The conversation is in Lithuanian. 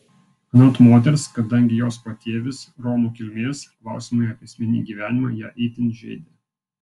anot moters kadangi jos patėvis romų kilmės klausimai apie asmeninį gyvenimą ją itin žeidė